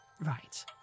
Right